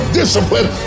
discipline